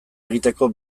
egiteko